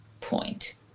point